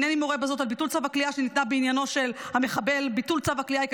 הנני מורה בזאת על ביטול צו הכליאה שניתן בעניינו של המחבל.